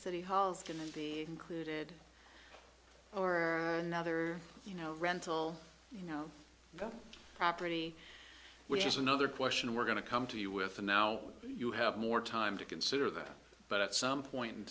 city halls can be included or another you know rental you know the property which is another question we're going to come to you with and now you have more time to consider that but at some point in